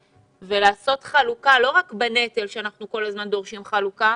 ולעשות חלוקה לא רק בנטל שאנחנו כל הזמן דורשים חלוקה,